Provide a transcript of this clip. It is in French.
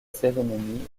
cérémonie